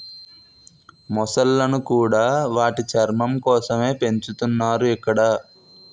మొసళ్ళను కూడా వాటి చర్మం కోసమే పెంచుతున్నారు ఇక్కడ